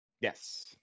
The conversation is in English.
Yes